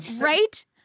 Right